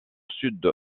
sud